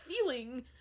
feeling